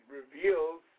reveals